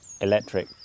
electric